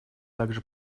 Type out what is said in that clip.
также